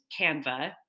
Canva